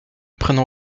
prennent